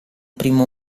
primo